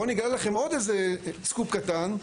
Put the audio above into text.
בואו אני אגלה לכם עוד איזה סקופ קטן,